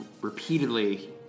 Repeatedly